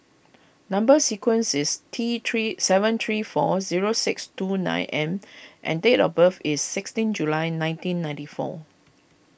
Number Sequence is T three seven three four zero six two nine M and date of birth is sixteen July nineteen ninety four